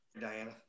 Diana